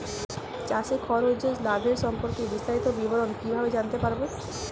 চাষে খরচ ও লাভের সম্পর্কে বিস্তারিত বিবরণ কিভাবে জানতে পারব?